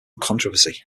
controversy